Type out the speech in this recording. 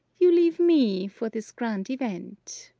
you leave me for this grand event.